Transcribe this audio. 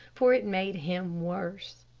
for it made him worse.